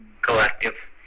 collective